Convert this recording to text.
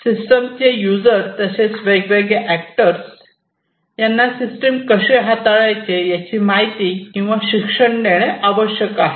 system चे user तसेच वेगवेगळे एक्टर्स यांना सिस्टम कसे हाताळायचे याचे माहिती किंवा शिक्षण देणं आवश्यक आहे